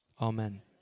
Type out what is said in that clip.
Amen